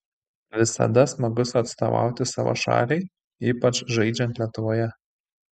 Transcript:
visada smagus atstovauti savo šaliai ypač žaidžiant lietuvoje